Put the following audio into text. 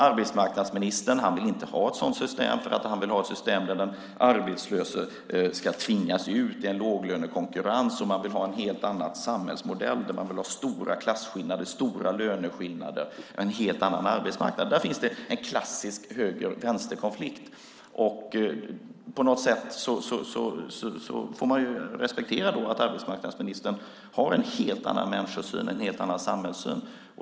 Arbetsmarknadsministern vill inte ha ett sådant system, för han vill ha ett system där den arbetslöse ska tvingas ut i en låglönekonkurrens. Han vill ha en helt annan samhällsmodell med stora klasskillnader, stora löneskillnader och en helt annan arbetsmarknad. Där finns det en klassisk vänster-höger-konflikt. På något sätt får man respektera att arbetsmarknadsministern har en helt annan människosyn och en helt annan samhällssyn.